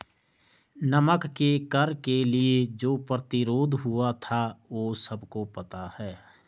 नमक के कर के लिए जो प्रतिरोध हुआ था वो सबको पता है